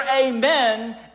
amen